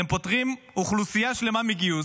אתם פוטרים אוכלוסייה שלמה מגיוס,